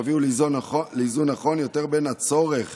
שיביאו לאיזון נכון יותר בין הצורך